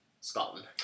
Scotland